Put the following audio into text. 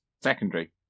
secondary